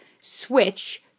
Switch